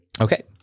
Okay